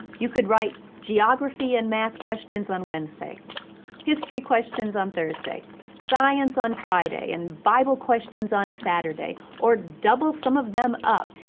you could write geography and math questions on wednesday history questions on thursday science on friday and bible questions on saturday. or double some of them up.